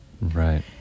Right